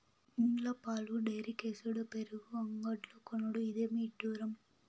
ఇండ్ల పాలు డైరీకేసుడు పెరుగు అంగడ్లో కొనుడు, ఇదేమి ఇడ్డూరం